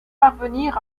parvenir